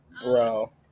Bro